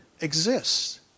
exists